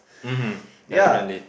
mmhmm definitely